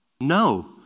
No